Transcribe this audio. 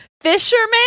Fisherman